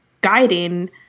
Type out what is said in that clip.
guiding